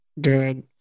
good